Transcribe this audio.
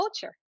culture